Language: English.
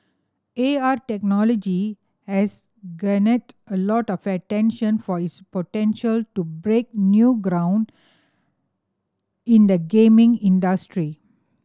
A R technology has garnered a lot of attention for its potential to break new ground in the gaming industry